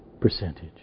percentage